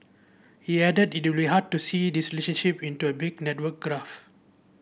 he added it would be hard to see this relationship in to a big network graph